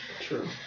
True